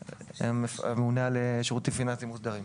שממונה על שירותים פיננסים מוגדרים.